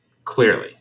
Clearly